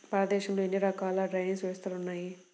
భారతదేశంలో ఎన్ని రకాల డ్రైనేజ్ వ్యవస్థలు ఉన్నాయి?